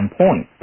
point